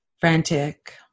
frantic